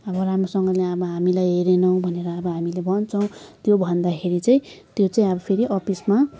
अब राम्रोसँगले अब हामीलाई हेरेन भनेर हामीले भन्छौँ त्यो भन्दाखेरि चाहिँ त्यो चाहिँ अब फेरि अफिसमा